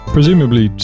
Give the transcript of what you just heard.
Presumably